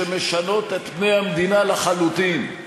שמשנות את פני המדינה לחלוטין.